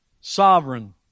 sovereign